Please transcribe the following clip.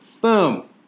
Boom